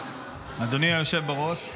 היושב בראש,